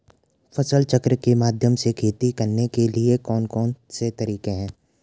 फसल चक्र के माध्यम से खेती करने के लिए कौन कौन से तरीके हैं?